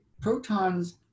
protons